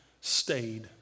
stayed